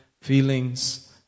feelings